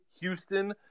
Houston